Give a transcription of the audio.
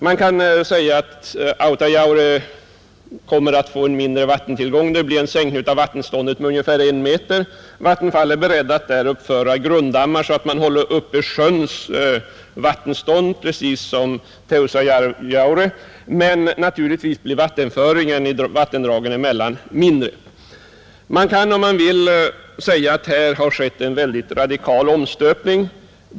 Man kan säga att Autajaure kommer att få mindre vattentillgång — det blir en sänkning av vattenståndet med ungefär en meter — men Vattenfall är berett att där uppföra grunddammar så att man håller uppe sjöns vattenstånd precis som i Teusajaure, men naturligtvis blir vattenföringen vattendragen emellan mindre. Man kan säga att här har skett en radikal omstöpning.